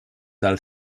del